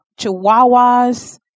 chihuahuas